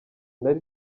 nari